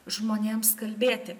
žmonėms kalbėti